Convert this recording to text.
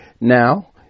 now